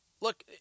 look